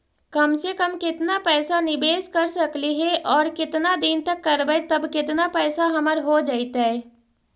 कम से कम केतना पैसा निबेस कर सकली हे और केतना दिन तक करबै तब केतना पैसा हमर हो जइतै?